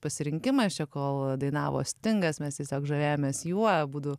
pasirinkimas čia kol dainavo stingas mes tiesiog žavėjomės juo abudu